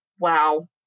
Wow